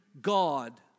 God